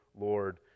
Lord